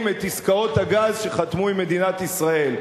את עסקאות הגז שחתמו עם מדינת ישראל.